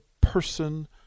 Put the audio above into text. person